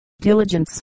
Diligence